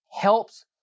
helps